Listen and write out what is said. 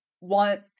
want